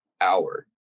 hour